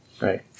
Right